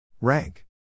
Rank